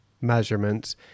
measurements